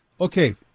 okay